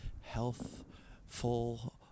healthful